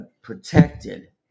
Protected